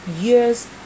years